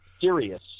Serious